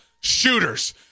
shooters